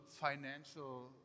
financial